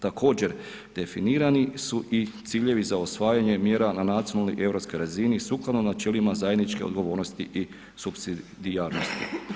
Također, definirani su i ciljevi za usvajanje mjera na nacionalnoj i europskoj razini sukladno načelima zajedničke odgovornosti i supsidijarnosti.